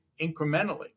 incrementally